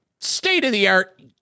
state-of-the-art